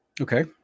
okay